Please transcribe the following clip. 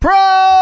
Pro